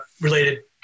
related